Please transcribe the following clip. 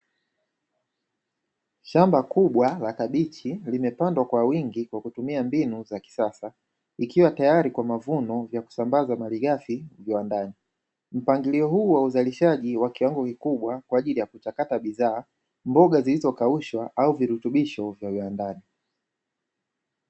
Shamba kubwa la kabichi limepandwa kwa wingi kwa kutumia mbinu za kisasa, ikiwa tayari kwa mavuno ya kusambaza malighafi viwandani. mpangilio huu wa uzalishaji wa kiwango kikubwa kwa ajili ya kuchakata bidhaa mboga zilizokaushwa au virutubisho vya viwandani.